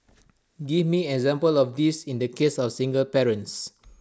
give me an example of this in the case of single parents